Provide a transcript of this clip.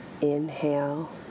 Inhale